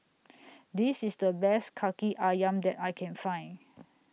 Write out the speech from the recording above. This IS The Best Kaki Ayam that I Can Find